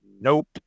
nope